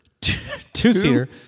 Two-seater